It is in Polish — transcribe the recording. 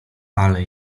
ale